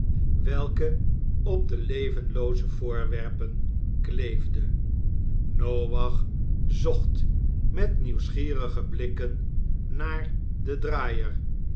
welke op de levenlooze voorwerpen kleefde noach zocht met nieuwsgierige bukken naar den draaier